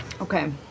Okay